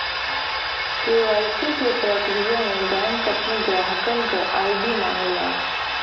KYC क प्रक्रिया में बैंक अपने ग्राहकन क आई.डी मांगला